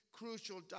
crucial